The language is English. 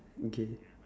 okay